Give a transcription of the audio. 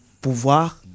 pouvoir